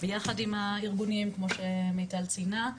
ביחד עם הארגונים כמו שמיטל ציינה,